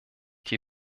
die